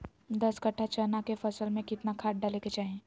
दस कट्ठा चना के फसल में कितना खाद डालें के चाहि?